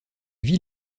vit